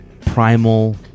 Primal